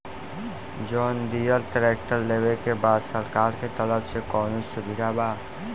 John Deere tractor लेवे के बा सरकार के तरफ से कौनो सुविधा बा?